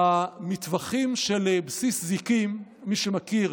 במטווחים של בסיס זיקים, מי שמכיר,